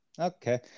okay